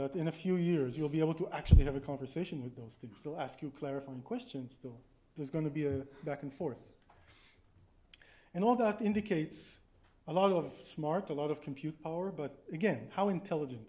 that in a few years you'll be able to actually have a conversation with those things they'll ask you clarifying questions though there's going to be a back and forth and all that indicates a lot of smart a lot of compute power but again how intelligent